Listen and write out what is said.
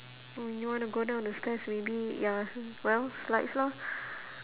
when you wanna go down the stairs maybe ya well slides lor